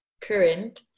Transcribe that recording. current